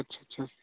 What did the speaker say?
अच्छा अच्छा